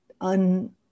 un